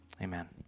amen